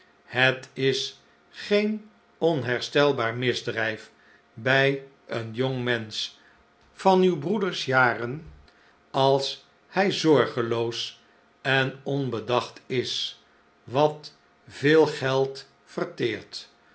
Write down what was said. net is geen onherstelbaar misdrijf bij een jongmensch van uw broeders jaren als hij zorgeloos en ohbedacht is wat veel geld verteert